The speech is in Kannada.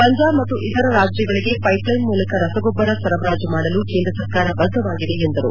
ಪಂಜಾಬ್ ಮತ್ತು ಇತರ ರಾಜ್ಯಗಳಿಗೆ ಪೈಪ್ಲೈನ್ ಮೂಲಕ ರಸಗೊಬ್ಬರ ಸರಬರಾಜು ಮಾಡಲು ಕೇಂದ್ರ ಸರ್ಕಾರ ಬದ್ಧವಾಗಿದೆ ಎಂದರು